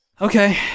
Okay